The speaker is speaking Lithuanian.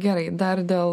gerai dar dėl